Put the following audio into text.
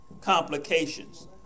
complications